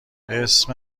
اسم